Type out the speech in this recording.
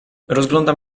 rozglądam